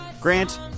Grant